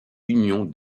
union